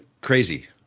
crazy